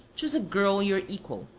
choose a girl your equa,